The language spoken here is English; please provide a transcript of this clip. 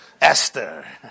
Esther